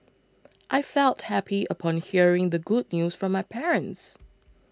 I felt happy upon hearing the good news from my parents